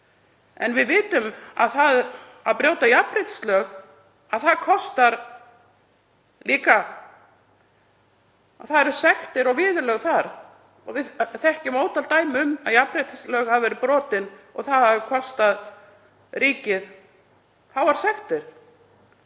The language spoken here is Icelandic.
En við vitum að það að brjóta jafnréttislög kostar líka. Í þeim eru sektir og viðurlög og við þekkjum ótal dæmi um að jafnréttislög hafi verið brotin og það hafi kostað ríkið háar sektir.